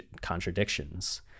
contradictions